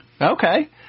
Okay